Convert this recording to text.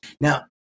Now